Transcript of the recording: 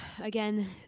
again